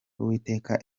uwiteka